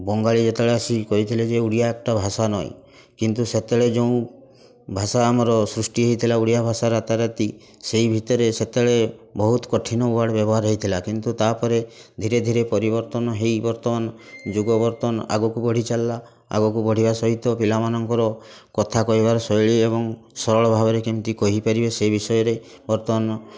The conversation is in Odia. ବଙ୍ଗାଳୀ ଯେତେବେଳେ ଆସିକି କହିଥିଲେ ଓଡ଼ିଆ ଏକ୍ଟା ଭାଷା ନଏ କିନ୍ତୁ ସେତେବେଳେ ଯେଉଁ ଭାଷା ଆମର ସୃଷ୍ଟି ହୋଇଥିଲା ଓଡ଼ିଆ ଭାଷା ରାତା ରାତି ସେଇ ଭିତରେ ସେତେବେଳେ ବହୁତ କଠିନ ୱାର୍ଡ଼୍ ବ୍ୟବହାର ହେଇଥିଲା କିନ୍ତୁ ତା'ପରେ ଧିରେ ଧିରେ ପରିବର୍ତ୍ତନ ହୋଇ ବର୍ତ୍ତମାନ ଯୁଗ ବର୍ତ୍ତମାନ ଆଗକୁ ବଢ଼ିଚାଲିଲା ଆଗକୁ ବଢ଼ିବା ସହିତ ପିଲାମାନଙ୍କର କଥା କହିବାର ଶୈଳୀ ଏବଂ ସରଳ ଭାବରେ କେମିତି କହିପାରିବେ ସେଇ ବିଷୟରେ ବର୍ତ୍ତମାନ